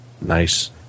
nice